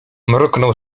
mruknął